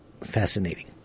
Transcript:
fascinating